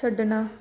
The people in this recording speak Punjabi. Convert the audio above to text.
ਛੱਡਣਾ